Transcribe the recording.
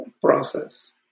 process